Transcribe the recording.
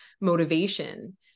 motivation